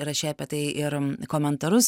rašei apie tai ir komentarus